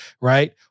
right